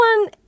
one